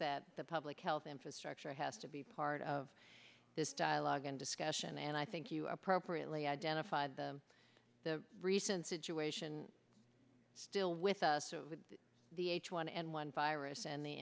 that the public health infrastructure has to be part of this dialogue and discussion and i think you appropriately identify the the recent situation still with us with the h one n one virus and the